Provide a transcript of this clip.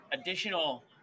additional